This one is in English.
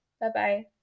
Bye-bye